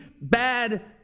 bad